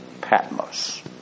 Patmos